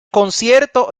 concierto